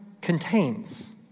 contains